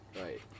Right